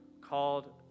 called